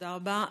תודה רבה.